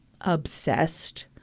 obsessed